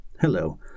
Hello